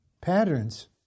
Patterns